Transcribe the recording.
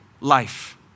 life